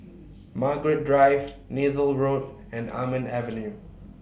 Margaret Drive Neythal Road and Almond Avenue